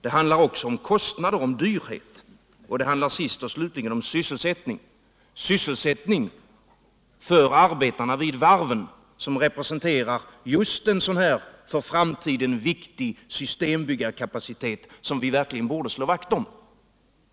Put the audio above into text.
Det handlar om kostnader och dyrhet, och det handlar sist och slutligen om sysselsättning — sysselsättning för arbetarna vid varven som representerar just en sådan för framtiden viktig systembyggarkapacitet som vi verkligen borde slå vakt om.